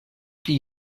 pli